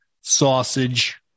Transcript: sausage